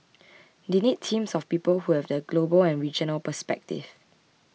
they need teams of people who have the global and regional perspective